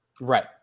Right